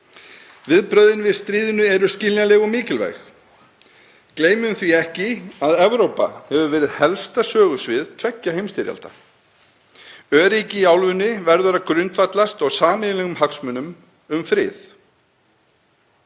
Viðbrögðin við stríðinu eru skiljanleg og mikilvæg. Gleymum því ekki að Evrópa hefur verið helsta sögusvið tveggja heimsstyrjalda. Öryggi í álfunni verður að grundvallast á sameiginlegum hagsmunum um frið.